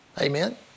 Amen